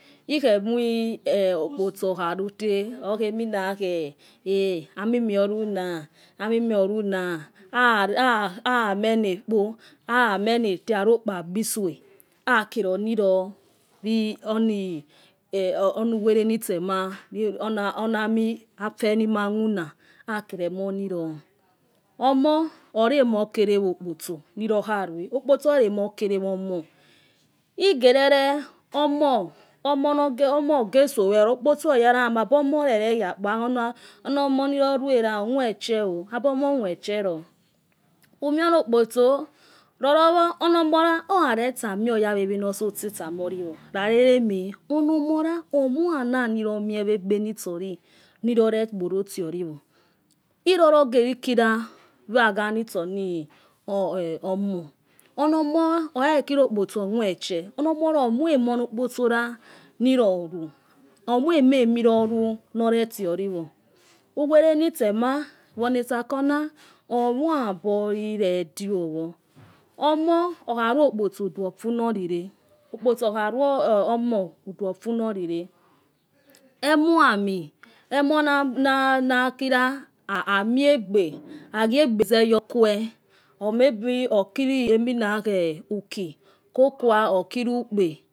Ikhemoi okpotso okharute okhi emi nakhe amimie oruna amime oruna ha ha hamenete arokpabisue aker oniro wioni onuwerenitsema onami afenimamuo na akheremoni ror omo ore mokhere wokpotso niro kharue okpotso oreremi okere womoh igerere omo ogesowero okpotso weh yara ababoro morereya kpo ari ono moniroruera omoicheo abo mowe chieno umie ono kpotso rorowo ono mora orarestani oya wewe notsose samoriwo rari reme onomo ra omoi anano mie wegbe nitsori niro regoro tioriwo irorogeri kira waga nitsoni omoh onomoh okhare re kira okpotso omoichei onomora omoimon okpotso ra niroru omoi ememiroru nor retiori wo onuwerenitse ma woni etsako na omoiaborire diowo omo okharo kpotso udu ofunorire okpotso okha rai omo udu ofunorire emo ami emonokira amiegbe agiegbe zewor que maybe okiru uki kokuwa oki ri ukpe.